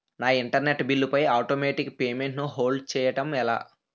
నా internet bill పై automatic payment ను హోల్డ్ చేయటం ఎలా?